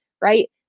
right